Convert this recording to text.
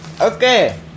Okay